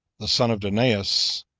the son of dineus,